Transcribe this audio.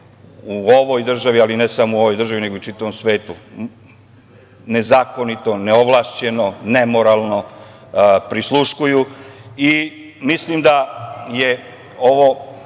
u ovoj državi, ali ne samo u ovoj državi, nego u čitavom svetu, nezakonito, neovlašćeno, nemoralno prisluškuju. Mislim da je ovo